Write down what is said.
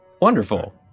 Wonderful